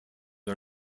are